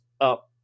up